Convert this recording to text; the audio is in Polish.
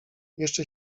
jeszcze